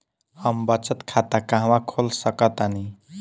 हम बचत खाता कहां खोल सकतानी?